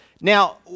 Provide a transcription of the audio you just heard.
Now